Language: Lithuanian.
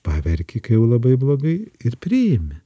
paverki kai jau labai blogai ir priimi